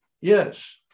Yes